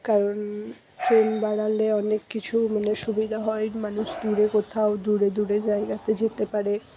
কারণ ট্রেন বাড়ালে অনেক কিছু মানে সুবিধা হয় মানুষ দূরে কোথাও দূরে দূরে জায়গাতে যেতে পারে